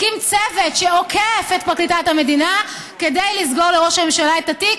הקים צוות שעוקף את פרקליטת המדינה כדי לסגור לראש הממשלה את התיק.